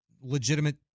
legitimate